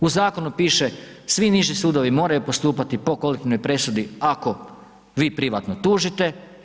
U zakonu piše, svi niži sudovi moraju postupati po kolektivnoj presudi ako vi privatno tužite.